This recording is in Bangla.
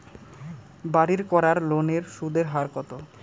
বাড়ির করার লোনের সুদের হার কত?